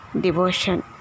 Devotion